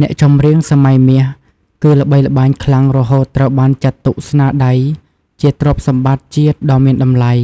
អ្នកចម្រៀងសម័យមាសគឺល្បីល្បាញខ្លាំងរហូតត្រូវបានចាត់ទុកស្នាដៃជា ទ្រព្យសម្បត្តិជាតិដ៏មានតម្លៃ